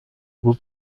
beau